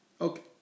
okay